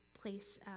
place